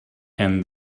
and